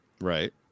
right